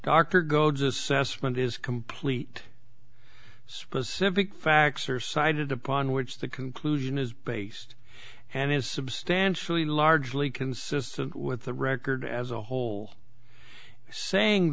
is complete specific facts are cited upon which the conclusion is based and is substantially largely consistent with the record as a whole saying